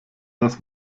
das